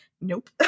nope